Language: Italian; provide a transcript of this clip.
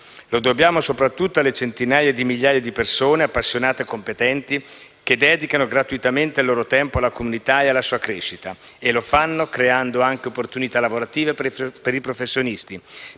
Lo dobbiamo soprattutto alle centinaia di migliaia di persone appassionate e competenti che dedicano gratuitamente il loro tempo alla comunità e alla sua crescita. E lo fanno creando anche opportunità lavorative per i professionisti: